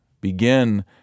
begin